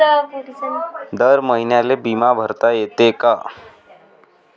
दर महिन्याले बिमा भरता येते का?